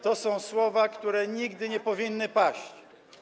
To są słowa, które nigdy nie powinny paść.